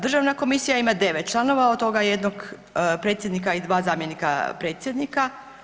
Državna komisija ima 9 članova, a od toga jednog predsjednika i dva zamjenika predsjednika.